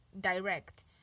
direct